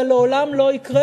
זה לעולם לא יקרה,